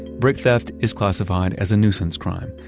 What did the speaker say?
brick theft is classified as a nuisance crime,